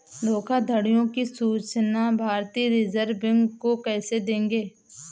धोखाधड़ियों की सूचना भारतीय रिजर्व बैंक को कैसे देंगे?